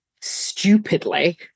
stupidly